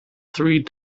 three